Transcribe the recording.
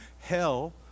hell